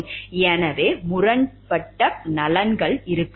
எனவே முரண்பட்ட நலன்கள் இருக்கலாம்